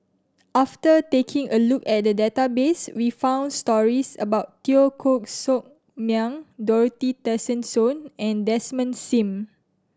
after taking a look at the database we found stories about Teo Koh Sock Miang Dorothy Tessensohn and Desmond Sim